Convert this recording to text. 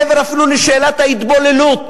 אפילו מעבר לשאלת ההתבוללות